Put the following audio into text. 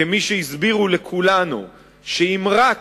כמי שהסבירו לכולנו שאם רק